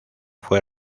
fue